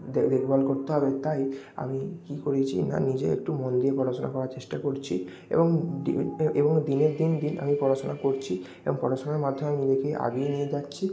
দেখভাল করতে হবে তাই আমি কি করেছি না নিজে একটু মন দিয়ে পড়াশোনা করার চেষ্টা করছি এবং এবং দিনের দিন দিন আমি পড়াশোনা করছি এবং পড়াশোনার মাধ্যমে আমি নিজেকে আগিয়ে নিয়ে যাচ্ছি